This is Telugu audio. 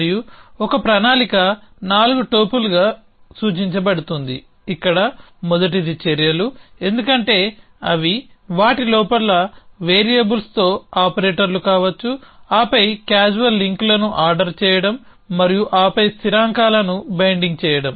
మరియు ఒక ప్రణాళిక నాలుగు టోప్పుల్గా సూచించబడుతుంది ఇక్కడ మొదటిది చర్యలు ఎందుకంటే అవి వాటి లోపల వేరియబుల్స్ తో ఆపరేటర్లు కావచ్చు ఆపై క్యాజువల్ లింక్లను ఆర్డర్ చేయడం మరియు ఆపై స్థిరాంకాలను బైండింగ్ చేయడం